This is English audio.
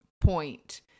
point